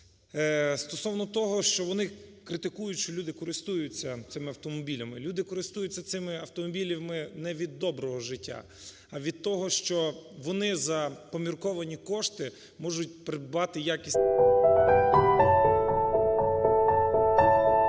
стовно того, що вони критикують, що люди користуються цими автомобілями. Люди користуються цими автомобілями не від доброго життя, а від того, що вони за помірковані кошти можуть придбати якісний